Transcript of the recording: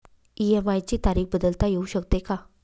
EMI ची तारीख बदलता येऊ शकते का?